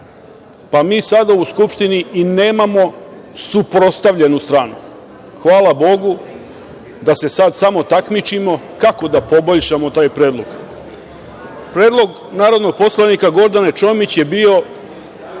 pa mi sada u Skupštini i nemamo suprotstavljenu stranu. Hvala bogu da se sad samo takmičimo kako da poboljšamo taj predlog. Predlog narodnog poslanika Gordane Čomić je bio